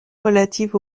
relative